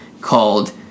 called